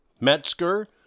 Metzger